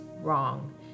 wrong